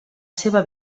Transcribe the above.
seva